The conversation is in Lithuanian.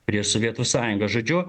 prieš sovietų sąjungą žodžiu